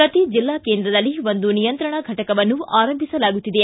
ಪ್ರತಿ ಜಿಲ್ಲಾ ಕೇಂದ್ರದಲ್ಲಿ ಒಂದು ನಿಯಂತ್ರಣಾ ಫಟಕವನ್ನು ಆರಂಭಿಸಲಾಗುತ್ತಿದೆ